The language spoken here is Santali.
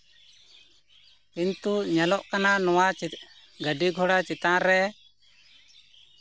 ᱠᱤᱱᱛᱩ ᱧᱮᱞᱚᱜ ᱠᱟᱱᱟ ᱱᱚᱣᱟ ᱪᱮᱫ ᱜᱟᱹᱰᱤᱼᱜᱷᱚᱲᱟ ᱪᱮᱛᱟᱱ ᱨᱮ